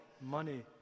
money